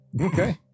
Okay